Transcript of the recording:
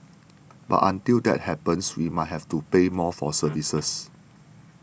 but until that happens we might have to pay more for services